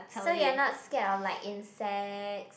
so you're not scared of like insects